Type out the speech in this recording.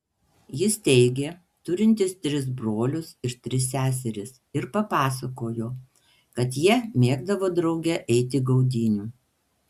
jis teigė turintis tris brolius ir tris seseris ir papasakojo kad jie mėgdavo drauge eiti gaudynių